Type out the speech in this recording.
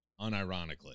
unironically